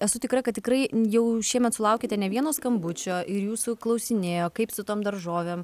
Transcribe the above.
esu tikra kad tikrai jau šiemet sulaukėte ne vieno skambučio ir jūsų klausinėjo kaip su tom daržovėm